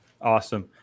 Awesome